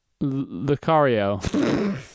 Lucario